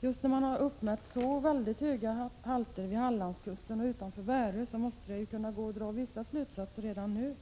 Med tanke på att det har uppmätts så höga halter vid Hallandskusten och utanför Värö måste det vara möjligt att dra vissa slutsatser redan nu.